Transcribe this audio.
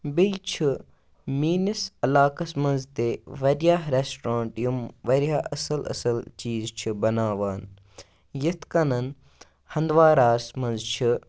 بیٚیہِ چھ میٛٲنِس علاقَس منٛز تہِ واریاہ رٮ۪سٹرٛانٛٹ یِم واریاہ اَصٕل اَصٕل چیٖز چھِ بَناوان یِتھ کٔنۍ ہَنٛدواراہَس منٛز چھِ